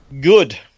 Good